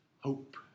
hope